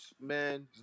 man